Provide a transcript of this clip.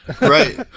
right